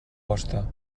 hoste